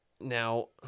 Now